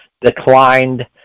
declined